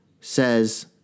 says